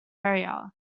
area